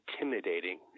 intimidating